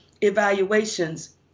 evaluations